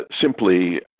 simply